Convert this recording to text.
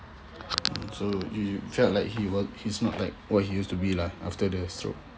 so you felt like he wa~ he's not like what he used to be lah after the stroke